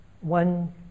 one